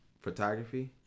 photography